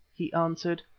he answered.